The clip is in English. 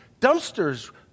dumpsters